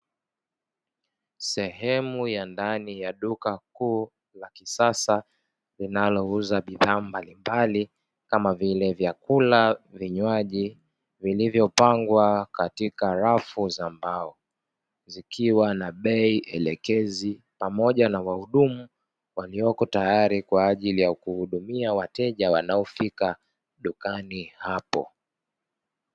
Sehemu ya ndani ya duka kuu la kisasa linalouza bidhaa mbalimbali kama vile vyakula, vinywaji vilivyopangwa katika rafu za mbao zikiwa na bei elekezi pamoja na wahudumu walioko tayari kwa ajili ya kuhudumia wateja wanaofika dukani hapo.